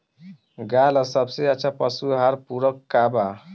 गाय ला सबसे अच्छा पशु आहार पूरक का बा?